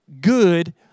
good